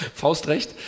Faustrecht